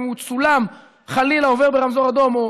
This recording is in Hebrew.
אם הוא צולם, חלילה, עובר ברמזור אדום, או